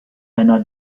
einer